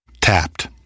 Tapped